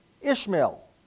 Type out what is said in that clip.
Ishmael